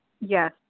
Yes